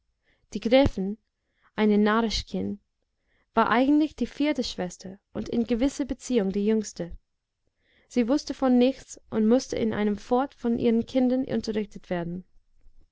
die gräfin eine narischkin war eigentlich die vierte schwester und in gewisser beziehung die jüngste sie wußte von nichts und mußte in einem fort von ihren kindern unterrichtet werden